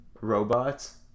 robots